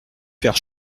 père